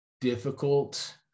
difficult